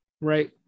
right